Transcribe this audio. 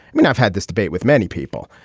i mean i've had this debate with many people.